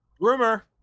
rumor